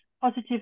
positive